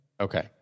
Okay